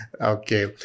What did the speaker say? Okay